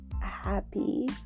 happy